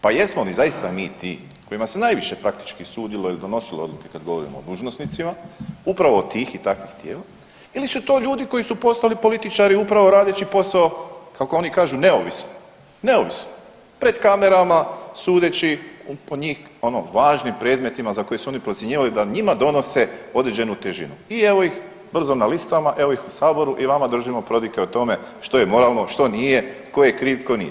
Pa jesmo li zaista mi ti kojima se najviše praktički sudilo ili donosilo odluke kad govorimo o dužnosnicima upravo tih i takvih tijela ili su to ljudi koji su postali političari upravo radeći posao kako oni kažu neovisno, neovisno, pred kamerama sudeći po njih ono važnim predmetima za koje su oni procjenjivali da njima donose određenu težinu i evo ih brzo na listama, evo ih u saboru i vama držimo prodike o tome što je moralno, što nije, tko je kriv, tko nije.